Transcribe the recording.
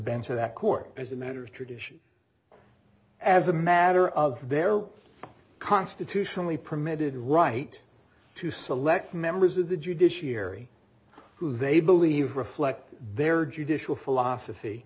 bench of that court as a matter of tradition as a matter of there are constitutionally permitted right to select members of the judiciary who they believe reflect their judicial philosophy